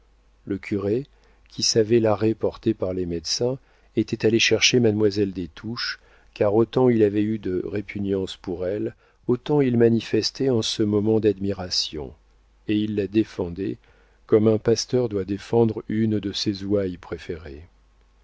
le curé qui savait l'arrêt porté par les médecins était allé chercher mademoiselle des touches car autant il avait eu de répugnance pour elle autant il manifestait en ce moment d'admiration et il la défendait comme un pasteur doit défendre une de ses ouailles préférées